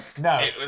No